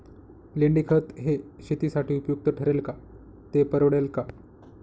लेंडीखत हे शेतीसाठी उपयुक्त ठरेल का, ते परवडेल का?